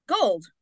Gold